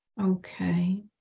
Okay